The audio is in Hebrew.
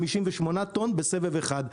58 טון בסבב אחד.